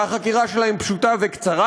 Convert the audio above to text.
והחקירה שלהם פשוטה וקצרה,